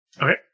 Okay